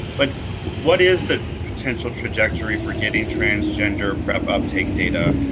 but what is the potential trajectory for getting transgender prep uptake data?